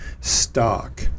stock